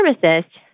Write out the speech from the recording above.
pharmacist